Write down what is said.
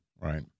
Right